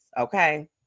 okay